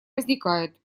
возникает